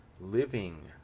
living